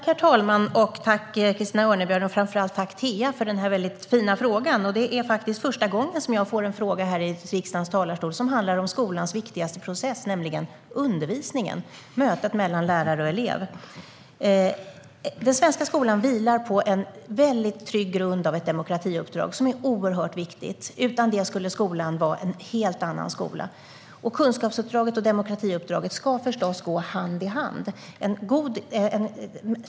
Herr talman! Tack, Christina Örnebjär, och framför allt tack till Tea för den här väldigt fina frågan! Det är faktiskt första gången som jag får en fråga här i riksdagens talarstol som handlar om skolans viktigaste process, nämligen undervisningen - mötet mellan lärare och elev. Den svenska skolan vilar på en väldigt trygg grund av ett demokratiuppdrag som är oerhört viktigt. Utan det skulle skolan vara en helt annan skola. Kunskapsuppdraget och demokratiuppdraget ska förstås gå hand i hand.